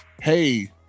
Hey